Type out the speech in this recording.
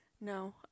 no